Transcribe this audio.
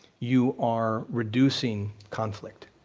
you are reducing conflict.